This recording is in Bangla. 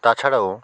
তাছাড়াও